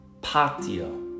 patio